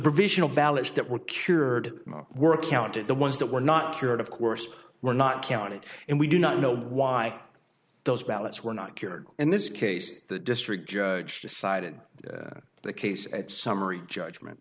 provisional ballots that were cured were counted the ones that were not cured of course were not counted and we do not know why those ballots were not cured in this case the district judge decided on the case at summary judgment